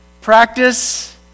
Practice